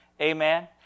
Amen